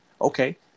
Okay